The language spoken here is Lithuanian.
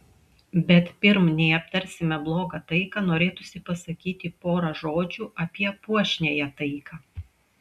bet pirm nei aptarsime blogą taiką norėtųsi pasakyti porą žodžių apie puošniąją taiką